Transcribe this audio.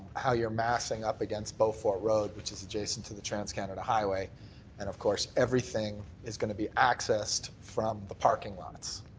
how you're massing up against beaufort road which is adjacent to the transcanada highway and of course everything is going to be accessed from the parking lot.